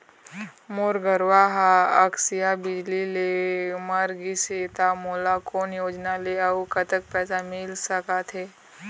मोर गरवा हा आकसीय बिजली ले मर गिस हे था मोला कोन योजना ले अऊ कतक पैसा मिल सका थे?